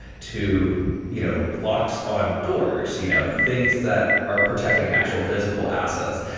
to you know locks on doors, you know things that are protecting actual physical assets.